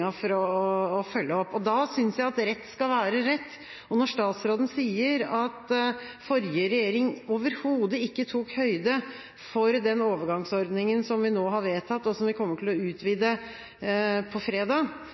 for å få den til å følge opp. Da synes jeg at rett skal være rett. Når statsråden sier at forrige regjering overhodet ikke tok høyde for den overgangsordninga som vi nå har vedtatt, og som vi kommer til å utvide på fredag,